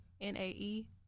N-A-E